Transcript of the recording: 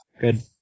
Good